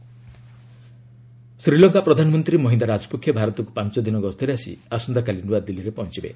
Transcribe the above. Sri Lanka PM visit Sri Lanka ପ୍ରଧାନମନ୍ତ୍ରୀ ମହିନ୍ଦା ରାଜପକ୍ଷେ ଭାରତକ୍ର ପାଞ୍ଚ ଦିନ ଗସ୍ତରେ ଆସି ଆସନ୍ତାକାଲି ନ୍ତଆଦିଲ୍ଲୀରେ ପହଞ୍ଚିବେ